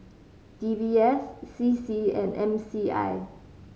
D B S C C and M C I